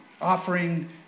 offering